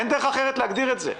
אין דרך אחרת להגדיר את זה.